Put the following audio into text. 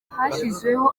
hashyizweho